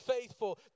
faithful